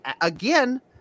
again